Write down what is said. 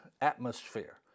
atmosphere